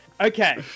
okay